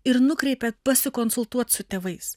ir nukreipia pasikonsultuot su tėvais